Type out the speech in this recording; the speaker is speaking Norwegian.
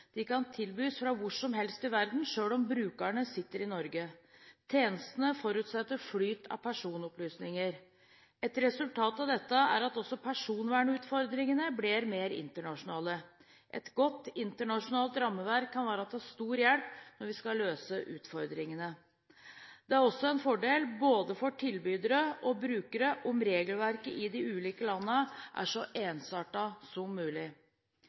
De kan tilbys fra hvor som helst i verden, selv om brukerne sitter i Norge. Tjenestene forutsetter flyt av personopplysninger. Et resultat av dette er at også personvernutfordringene blir mer internasjonale. Et godt internasjonalt rammeverk kan være til stor hjelp når vi skal løse utfordringene. Det er også en fordel både for tilbydere og for brukere om regelverket i de ulike landene er så ensartet som mulig.